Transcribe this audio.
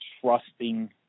trusting